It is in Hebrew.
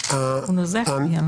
הוא נוזף בי.